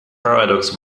paradox